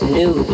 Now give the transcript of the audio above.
new